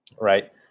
right